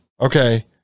Okay